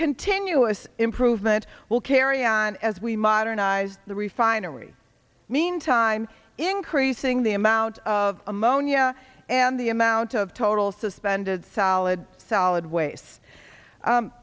continuous improvement will carry on as we modernize the refinery meantime increasing the amount of ammonia and the amount of total suspended solid solid wa